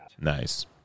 Nice